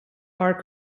are